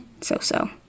so-so